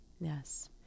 Yes